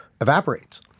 evaporates